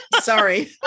Sorry